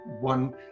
one